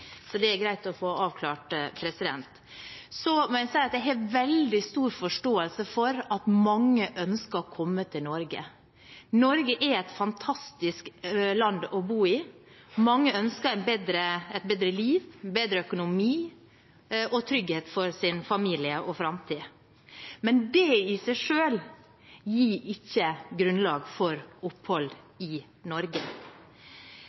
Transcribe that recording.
Så må jeg si at jeg har veldig stor forståelse for at mange ønsker å komme til Norge. Norge er et fantastisk land å bo i. Mange ønsker et bedre liv, en bedre økonomi og trygghet for sin familie og framtid. Men det i seg selv gir ikke grunnlag for